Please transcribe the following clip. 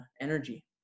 energy